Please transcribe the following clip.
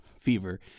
fever